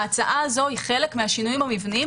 ההצעה הזאת היא חלק מהשינויים המבניים